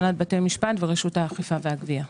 הנהלת בתי המשפט ורשות האכיפה והגבייה.